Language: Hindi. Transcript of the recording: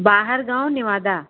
बाहर गाँव निवादा